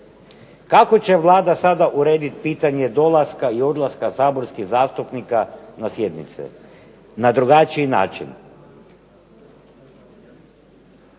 Kako će Vlada sada urediti pitanje dolaska i odlaska saborskih zastupnika na sjednice na drugačiji način?